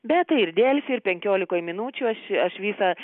bet tai ir delfi ir penkiolikoj minučių aš aš visą